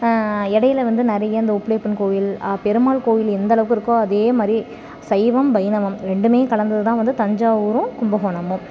இடையில வந்து நிறைய இந்த உப்பிலியப்பன் கோவில் பெருமாள் கோவில் எந்தளவுக்கு இருக்கோ அதே மாதிரி சைவம் வைணவம் ரெண்டும் கலந்தது தான் வந்து தஞ்சாவூரும் கும்பகோணமும்